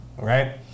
right